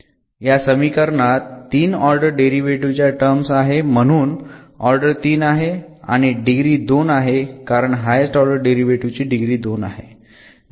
या समीकरणात 3 order derivative च्या टर्म्स आहे म्हणून ऑर्डर 3 आहे आणि डिग्री 2 आहे कारण हायेस्ट ऑर्डर डेरिव्हेटीव्ह ची डिग्री 2 आहे